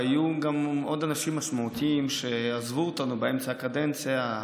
והיו עוד אנשים משמעותיים שעזבו אותנו באמצע הקדנציה,